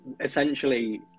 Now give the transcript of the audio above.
essentially